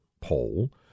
poll